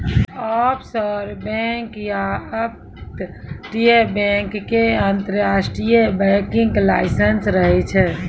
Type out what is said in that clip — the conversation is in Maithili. ऑफशोर बैंक या अपतटीय बैंक के अंतरराष्ट्रीय बैंकिंग लाइसेंस रहै छै